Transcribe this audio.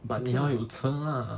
but think of